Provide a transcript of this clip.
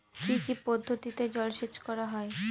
কি কি পদ্ধতিতে জলসেচ করা হয়?